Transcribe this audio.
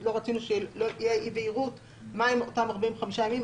לא רצינו שתהיה אי-בהירות מה הם אותם 45 ימים,